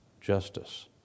justice